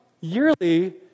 yearly